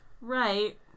Right